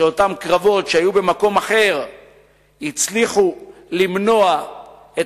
שאותם קרבות שהיו במקום אחר הצליחו למנוע את